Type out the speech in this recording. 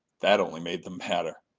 that only made them madder.